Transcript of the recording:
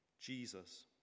Jesus